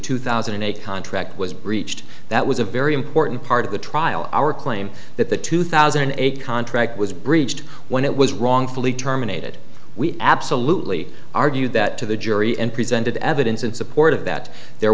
two thousand and eight contract was breached that was a very important part of the trial our claim that the two thousand and eight contract was breached when it was wrongfully terminated we absolutely argued that to the jury and presented evidence in support of that there